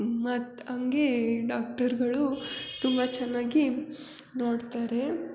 ಮತ್ತು ಹಂಗೆ ಡಾಕ್ಟರ್ಗಳು ತುಂಬ ಚೆನ್ನಾಗಿ ನೋಡ್ತಾರೆ